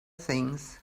things